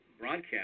broadcast